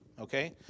Okay